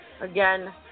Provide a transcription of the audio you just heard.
again